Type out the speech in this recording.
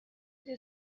the